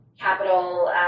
capital